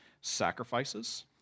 sacrifices